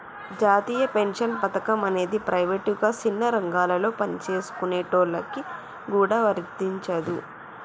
జాతీయ పెన్షన్ పథకం అనేది ప్రైవేటుగా సిన్న రంగాలలో పనిచేసుకునేటోళ్ళకి గూడా వర్తించదు